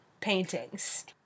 paintings